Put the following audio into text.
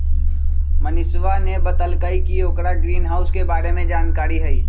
मनीषवा ने बतल कई कि ओकरा ग्रीनहाउस के बारे में जानकारी हई